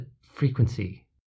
frequency